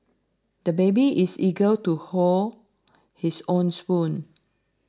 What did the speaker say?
the baby is eager to hold his own spoon